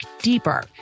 deeper